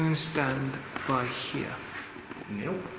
um stand by here nope